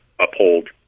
uphold